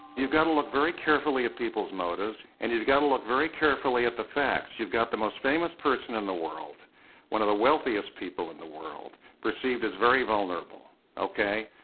you've got to look very carefully at people's motives and you've got to look very carefully at the facts you've got the most famous person in the world one of the wealthiest people in the world perceived as very vulnerable okay,